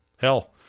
Hell